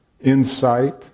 insight